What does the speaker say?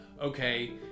okay